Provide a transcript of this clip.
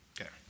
Okay